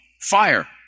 fire